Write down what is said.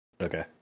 Okay